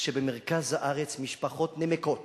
שבמרכז הארץ משפחות נמקות